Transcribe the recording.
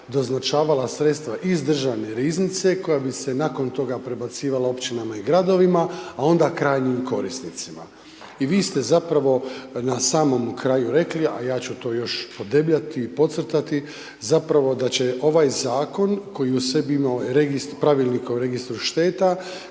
doznačavala sredstva iz državne riznice koja bi se nakon toga prebacivala općinama i gradovima a onda krajnjim korisnicima. I vi ste zapravo na samom kraju rekli a ja ću to još podebljati i podcrtat zapravo da će ovaj zakon koji u sebi ima pravilnik o Registru šteta